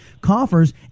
coffers